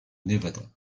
nevada